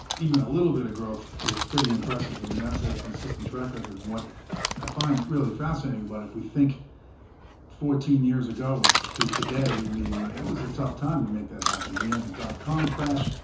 even a little bit of growth is pretty impressive. i mean that's a consistent track record. and what i find really fascinating, but we think fourteen years ago to today, i mean it was a tough time to make that happen. we had the dot-com crash,